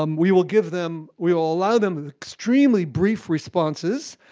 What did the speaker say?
um we will give them we will allow them extremely brief responses,